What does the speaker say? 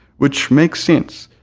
which makes sense,